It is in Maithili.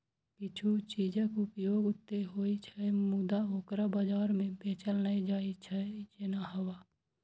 किछु चीजक उपयोग ते होइ छै, मुदा ओकरा बाजार मे बेचल नै जाइ छै, जेना हवा